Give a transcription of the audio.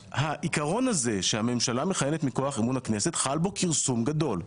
העקרון הזה שהממשלה מכהנת מכוח אמון הכנסת חל בו כרסום גדול.